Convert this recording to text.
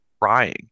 crying